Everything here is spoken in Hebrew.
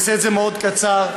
מאוד קצר.